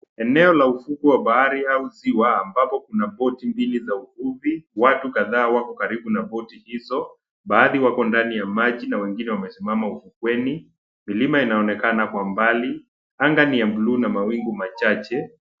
Eneo la ufupi wa bahari house ziwa ambapo kuna boti mbili za ukumbi watu kadhaa wako karibu na boti hizo baadhi wako ndani ya maji na wengine wamesimama ufukweni milima inaonekana kwa mbali anga ni ya buluu na mawingu machache.